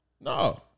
No